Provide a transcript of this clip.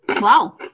Wow